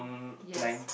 yes